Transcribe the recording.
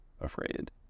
afraid